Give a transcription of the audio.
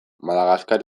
madagaskar